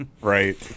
Right